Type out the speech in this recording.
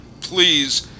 Please